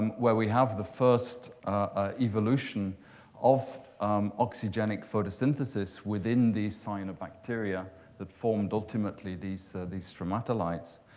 um where we have the first evolution of oxygenic photosynthesis within the cyanobacteria that formed ultimately these these stromatolites.